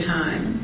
time